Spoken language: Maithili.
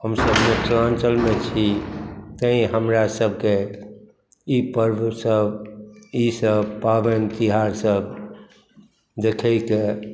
हमसभ मिथिलाञ्चलमे छी तैँ हमरासभके ई पर्वसभ ईसभ पाबनि तिहारसभ देखैके